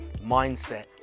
mindset